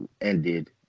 ended